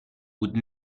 would